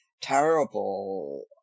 terrible